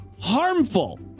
harmful